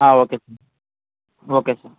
okay sir okay sir